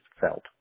felt